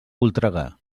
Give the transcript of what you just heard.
voltregà